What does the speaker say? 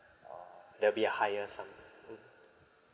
or there'll be a higher sum mmhmm